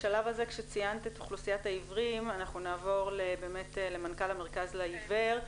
בשלב הזה כשציינת את אוכלוסיית העיוורים נעבור למנכ"ל המרכז לעיוור.